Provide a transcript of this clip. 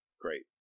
Great